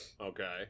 Okay